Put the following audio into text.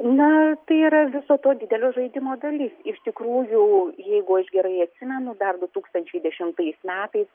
na tai yra viso to didelio žaidimo dalis iš tikrųjų jeigu aš gerai atsimenu dar du tūkstančiai dešimtais metais